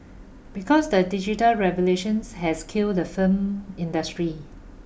because the digital revelations has killed the firm industry